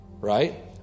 Right